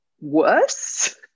worse